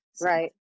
Right